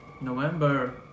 November